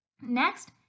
Next